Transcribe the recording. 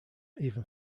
even